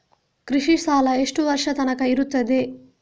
ಕೃಷಿ ಸಾಲ ಎಷ್ಟು ವರ್ಷ ತನಕ ಇರುತ್ತದೆ?